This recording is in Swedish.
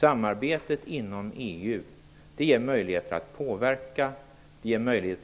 Samarbetet inom EU ger en möjlighet att påverka,